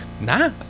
Nah